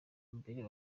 mbere